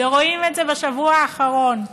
ורואים את זה בשבוע האחרון.